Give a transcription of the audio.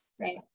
right